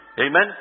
Amen